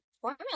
formula